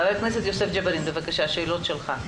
חבר הכנסת יוסף ג'בארין, בבקשה, שאלות שלך.